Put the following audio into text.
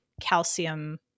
calcium